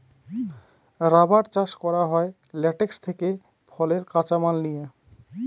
rubber চাষ করা হয় ল্যাটেক্স থেকে ফলের কাঁচা মাল নিয়ে